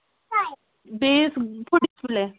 بیٚیِس foot display